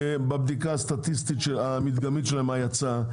בבדיקה הסטטיסטית המדגמית מה יצא.